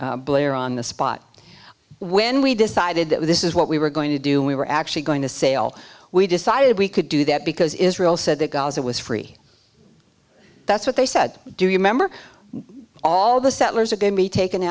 blair on the spot when we decided that this is what we were going to do we were actually going to sail we decided we could do that because israel said that gaza was free that's what they said do you remember all the settlers again be taken